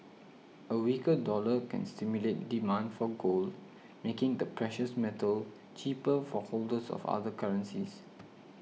a weaker dollar can stimulate demand for gold making the precious metal cheaper for holders of other currencies